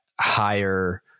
higher